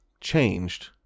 changed